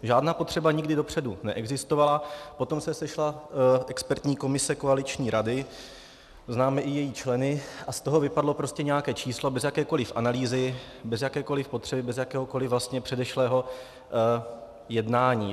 Žádná potřeba nikdy dopředu neexistovala, potom se sešla expertní komise koaliční rady, známe i její členy, a z toho vypadlo prostě nějaké číslo bez jakékoliv analýzy, bez jakékoliv potřeby, bez jakéhokoliv vlastně předešlého jednání.